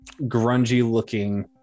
grungy-looking